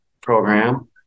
program